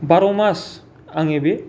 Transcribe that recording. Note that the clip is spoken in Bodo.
बार' मास आङो बे